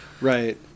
Right